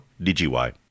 DGY